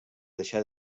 deixar